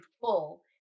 full